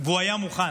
והוא היה מוכן.